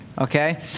Okay